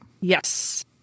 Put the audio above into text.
Yes